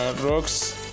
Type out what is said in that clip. rocks